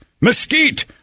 mesquite